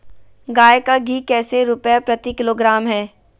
गाय का घी कैसे रुपए प्रति किलोग्राम है?